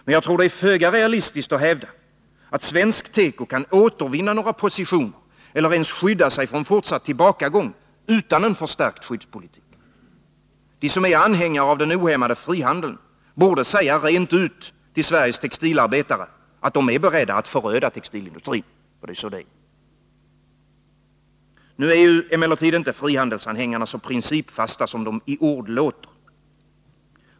Men jag tror det är föga realistiskt att hävda, att svensk teko kan återvinna några positioner eller ens skydda sig från fortsatt tillbakagång utan Nr 150 en förstärkt skyddspolitik. De som är anhängare av den ohämmade Torsdagen den frihandeln borde säga rent ut till Sveriges textilarbetare att de är beredda att 19 maj 1983 föröda textilindustrin — för så är det. Nu är frihandelsanhängarna emellertid så principfasta som de låter.